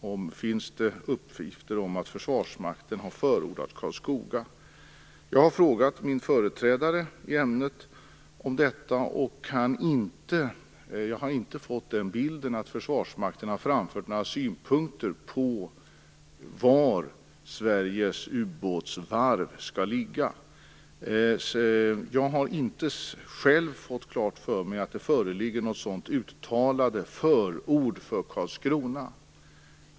Han undrar om det finns uppgifter om att Försvarsmakten har förordat Karlskoga. Jag har frågat min företrädare i ämnet om detta, och jag har inte fått bilden av att Försvarsmakten har framfört några synpunkter på var Sveriges ubåtsvarv skall ligga. Jag har inte själv fått klart för mig att det föreligger något sådant uttalat förord för Karlskrona.